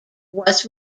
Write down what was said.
was